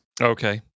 Okay